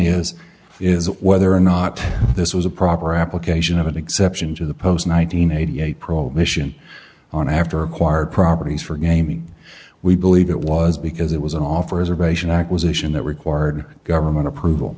is is whether or not this was a proper application of an exception to the post nine hundred eighty eight prohibition on after acquired properties for gaming we believe it was because it was an offer as a base an acquisition that required government approval